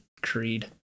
creed